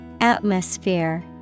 Atmosphere